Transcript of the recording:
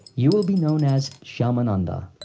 you will be known as shyamananda.